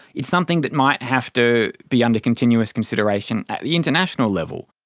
it's something that might have to be under continuous consideration at the international level.